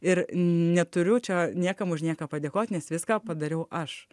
ir neturiu čia niekam už nieką padėkot nes viską padariau aš